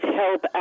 help